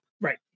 Right